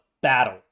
battle